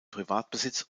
privatbesitz